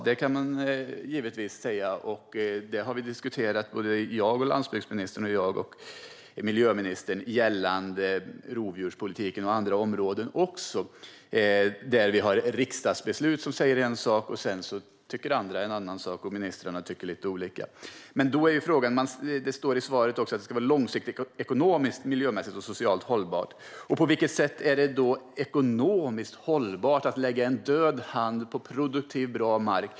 Det kan man givetvis säga att de ska ha. Både jag och landsbygdsministern och jag och miljöministern har diskuterat sådant här gällande rovdjurspolitiken och även andra områden där vi har riksdagsbeslut som säger en sak och där andra tycker en annan sak och ministrarna tycker lite olika. Ministern säger i svaret att det ska vara långsiktigt ekonomiskt, miljömässigt och socialt hållbart. På vilket sätt är det ekonomiskt hållbart att lägga en död hand över produktiv och bra mark?